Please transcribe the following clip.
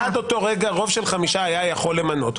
עד אותו רגע רוב של חמישה היה יכול למנות,